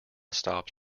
stops